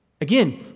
Again